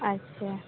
अच्छा